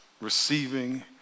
receiving